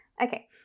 okay